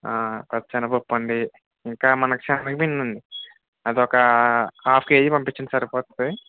పచ్చి శనగపప్పు అండి ఇంకా మనకి శనగపిండి అండి అది ఒక హాఫ్ కేజీ పంపించండి సరిపోద్ది